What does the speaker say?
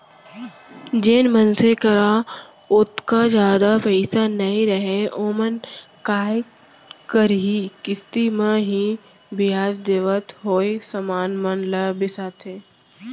जेन मनसे करा ओतका जादा पइसा नइ रहय ओमन काय करहीं किस्ती म ही बियाज देवत होय समान मन ल बिसाथें